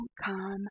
come